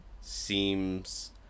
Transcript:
seems